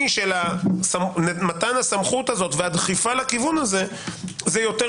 של מתן הסמכות הזו והדחיפה לכיוון הזה זה יותר